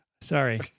Sorry